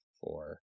four